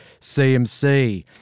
CMC